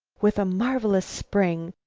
with a marvelous spring,